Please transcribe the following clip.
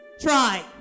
Try